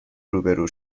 روبرو